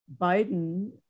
Biden